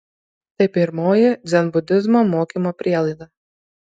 tai pirmoji dzenbudizmo mokymo prielaida